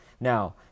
Now